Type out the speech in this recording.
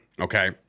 okay